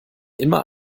immer